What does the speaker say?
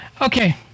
Okay